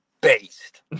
based